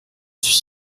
suis